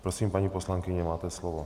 Prosím, paní poslankyně, máte slovo.